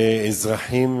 ואזרחים